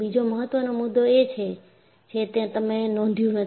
બીજો મહત્વનો મુદ્દો એ છે જે તમે નોંધ્યું નથી